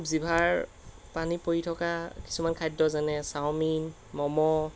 জিভাৰ পানী পৰি থকা কিছুমান খাদ্য যেনে চাওমিন মম'